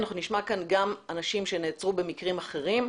אנחנו גם נשמע כאן אנשים שנעצרו במקרים אחרים.